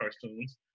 cartoons